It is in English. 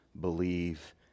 believe